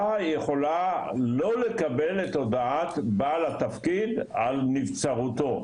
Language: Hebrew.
יכולה לא לקבל את הודעת בעל התפקיד על נבצרותו,